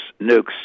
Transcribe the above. nukes